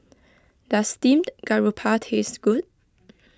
does Steamed Garoupa taste good